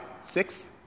six